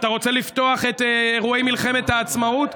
אתה רוצה לפתוח את אירועי מלחמת העצמאות?